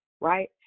right